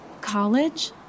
College